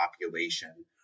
population